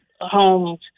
homes